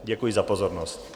Děkuji za pozornost.